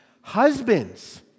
husbands